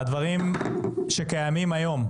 על הדברים שקיימים היום.